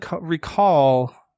recall